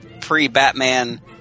pre-Batman